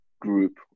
group